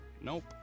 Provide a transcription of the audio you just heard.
Nope